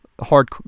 hard